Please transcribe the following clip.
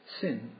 sin